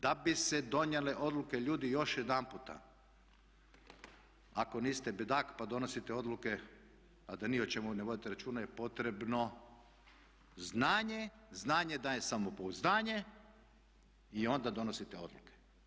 Da bi se donijele odluke ljudi još jedanputa, ako niste bedak pa donosite odluke a da o ni o čemu ne vodite računa je potrebno znanje, znanje daje samopouzdanje i onda donosite odluke.